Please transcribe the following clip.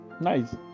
Nice